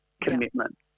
commitment